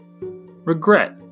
Regret